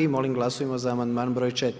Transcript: I molim glasujmo za amandman broj 4.